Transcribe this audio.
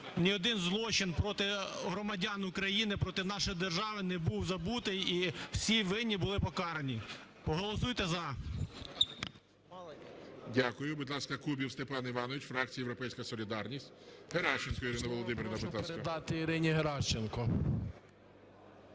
ні один злочин проти громадян України, проти нашої держави не був забутий і всі винні були покарані. Голосуйте "за"! ГОЛОВУЮЧИЙ. Дякую. Будь ласка, Кубів Степан Іванович, фракція "Європейська солідарність". Геращенко Ірина Володимирівна, будь ласка.